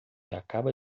acaba